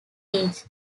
age